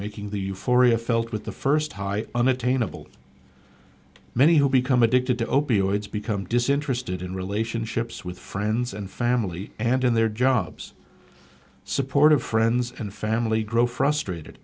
felt with the first high unattainable many who become addicted to opioids become disinterested in relationships with friends and family and in their jobs supportive friends and family grow frustrated